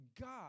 God